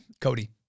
cody